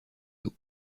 dos